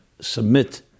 submit